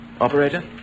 Operator